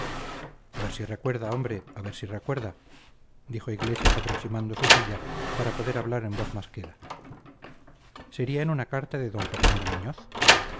a ver si recuerda hombre a ver si recuerda dijo iglesias aproximando su silla para poder hablar en voz más queda sería en una carta de d fernando muñoz